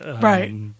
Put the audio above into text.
Right